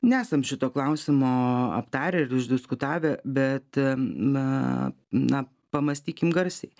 nesam šito klausimo aptarę ir išdiskutavę bet na na pamąstykim garsiai